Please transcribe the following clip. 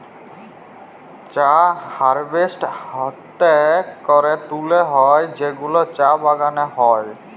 চা হারভেস্ট হ্যাতে ক্যরে তুলে হ্যয় যেগুলা চা বাগালে হ্য়য়